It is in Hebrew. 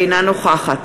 אינה נוכחת